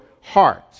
heart